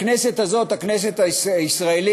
בכנסת הזאת, הכנסת הישראלית,